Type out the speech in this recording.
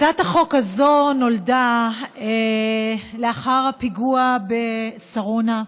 הצעת החוק הזאת נולדה לאחר הפיגוע בשרונה,